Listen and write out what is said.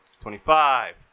twenty-five